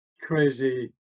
crazy